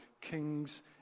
kings